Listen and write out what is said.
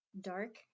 dark